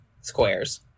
squares